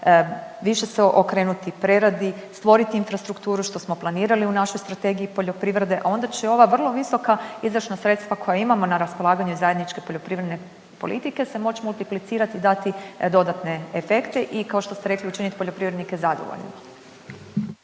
više se okrenuti preradi, stvorit infrastrukturu što smo planirali u našoj strategiji poljoprivrede, a onda će ova vrlo visoka izdašna sredstava koja imamo na raspolaganje zajedničke poljoprivredne politike se moći multiplicirati i dati dodatne efekte i kao što ste rekli učiniti poljoprivrednike zadovoljnim.